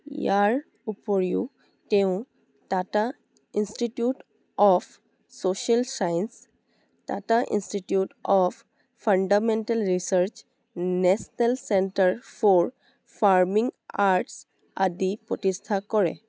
ইয়াৰ উপৰিও তেওঁ Tata institute of social science Tata institute of fundamental research national centre for farming arts আদি প্ৰতিষ্ঠা কৰে